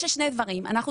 ישנם שני דברים: ראשית,